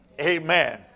Amen